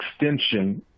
extension